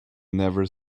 never